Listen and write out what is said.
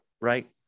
right